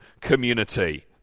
community